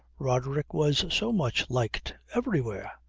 roderick was so much liked everywhere.